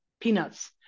peanuts